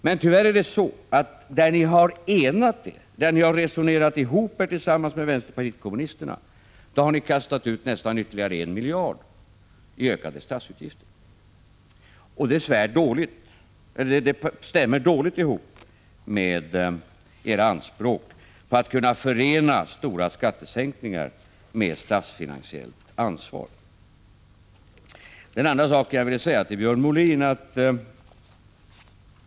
Men där ni har enat er och resonerat ihop er tillsammans med vänsterpartiet kommunisterna, har ni tyvärr kastat ut ytterligare nästan 1 miljard i ökade statsutgifter. Det stämmer dåligt med era anspråk på att kunna förena stora skattesänkningar med statsfinansiellt ansvar. Så till den andra sak som jag vill säga till Björn Molin.